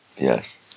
Yes